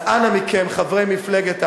אז אנא מכם, חברי מפלגת העבודה,